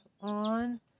on